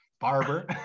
barber